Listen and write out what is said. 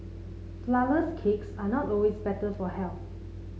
flourless cakes are not always better for health